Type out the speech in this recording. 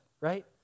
right